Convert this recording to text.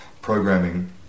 programming